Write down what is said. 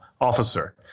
Officer